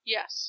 Yes